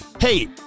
Hey